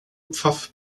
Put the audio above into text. pfaff